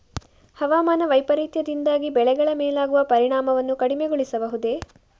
ಹವಾಮಾನ ವೈಪರೀತ್ಯದಿಂದಾಗಿ ಬೆಳೆಗಳ ಮೇಲಾಗುವ ಪರಿಣಾಮವನ್ನು ಕಡಿಮೆಗೊಳಿಸಬಹುದೇ?